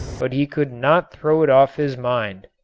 but he could not throw it off his mind.